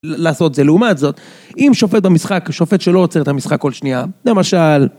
לעשות זה, לעומת זאת, אם שופט במשחק, שופט שלא עוצר את המשחק כל שנייה, למשל...